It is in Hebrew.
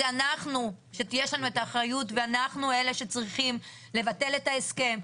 לנו יש אחריות ואנחנו אלה שצריכים לבטל את ההסכם,